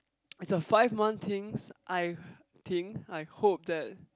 is a five month things I think I hope that